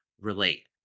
relate